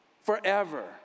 forever